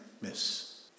miss